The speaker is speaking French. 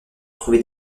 trouver